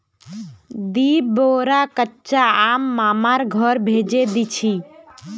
दी बोरा कच्चा आम मामार घर भेजे दीछि